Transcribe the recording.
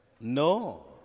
No